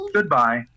Goodbye